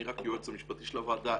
אני רק היועץ המשפטי של הוועדה.